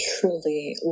truly